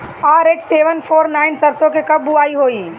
RH seven four nine सरसो के कब बुआई होई?